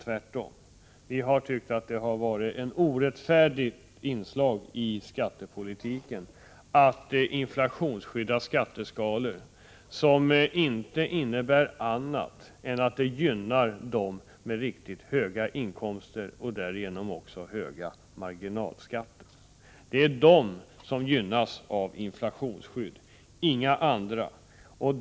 Tvärtom har vi tyckt att det varit ett orättfärdigt inslag i skattepolitiken att inflationsskydda skatteskalor, vilket inte innebär någonting annat än att personer med höga inkomster och därigenom också höga marginalskatter gynnas.